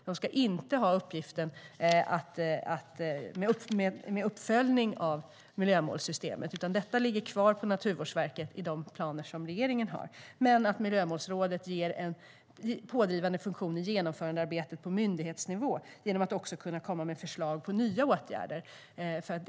Det ska inte ha uppgiften att följa upp miljömålssystemet, utan detta ligger kvar på Naturvårdsverket i de planer regeringen har. Miljömålsrådet ska dock ha en pådrivande funktion i genomförandearbetet på myndighetsnivå genom att det ska kunna komma med förslag på nya åtgärder.